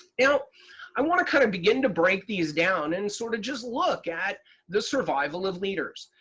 now i want to kind of begin to break these down and sort of just look at the survival of leaders.